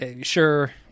sure –